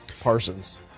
Parsons